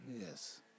Yes